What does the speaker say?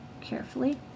carefully